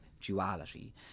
duality